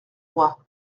moi